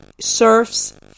surfs